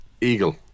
Eagle